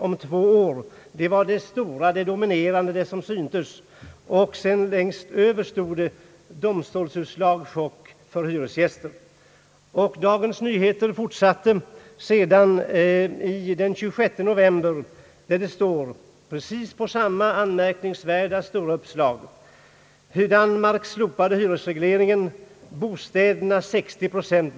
om två år.» Det var det dominerande, det som syntes, och överst på löpsedeln stod det: »Domstolsutslag chock för hyresgästen.» Dagens Nyheter fortsatte den 26 november och skrev med samma anmärkningsvärda stora uppslag: »Danmark slopade hyresregleringen: Bostäderna 60 proc.